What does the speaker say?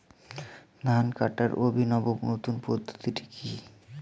ধান কাটার অভিনব নতুন পদ্ধতিটি কি?